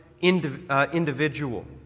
individual